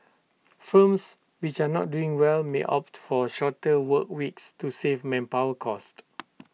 firms which are not doing well may opt for shorter work weeks to save manpower costs